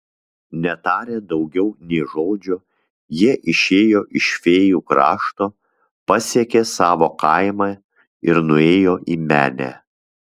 netarę daugiau nė žodžio jie išėjo iš fėjų krašto pasiekė savo kaimą ir nuėjo į menę